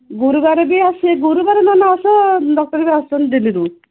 ଗୁରୁବାର ବି ଆସି ଗୁରୁବାର ନନେ ଆସ ଡ଼କ୍ଟର ବି ଆସୁଛନ୍ତି ଦିଲ୍ଲୀରୁ